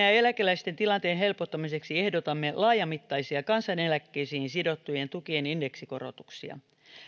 ja ja eläkeläisten tilanteen helpottamiseksi ehdotamme laajamittaisia kansaneläkkeisiin sidottujen tukien indeksikorotuksia